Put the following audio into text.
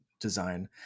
design